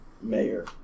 mayor